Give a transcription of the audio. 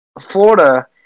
florida